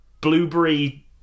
blueberry